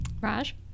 Raj